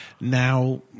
now